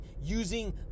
using